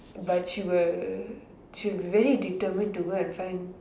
but she will she will be very determine to go and find